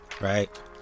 Right